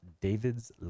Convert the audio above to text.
David's